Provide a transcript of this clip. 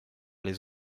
les